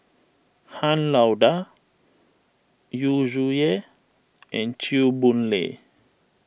Han Lao Da Yu Zhuye and Chew Boon Lay